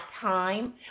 time